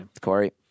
Corey